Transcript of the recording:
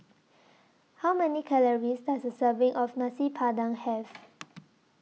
How Many Calories Does A Serving of Nasi Padang Have